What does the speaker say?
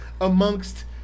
amongst